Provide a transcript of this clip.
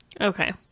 Okay